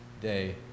day